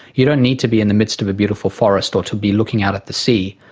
you don't need to be in the midst of a beautiful forest or to be looking out at the sea.